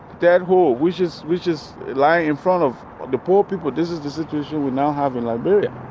dead hole, which is which is lying in front of the poor people. this is the situation we now have in liberia.